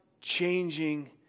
changing